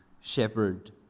shepherd